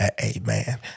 Amen